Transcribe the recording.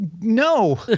no